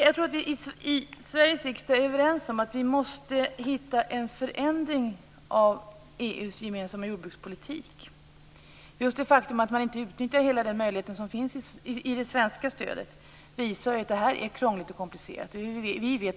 Jag tror att vi i Sveriges riksdag är överens om att vi måste hitta en förändring av EU:s gemensamma jordbrukspolitik. Just det faktum att man inte utnyttjar hela den möjlighet som finns i det svenska stödet visar att det är krångligt och komplicerat. Jag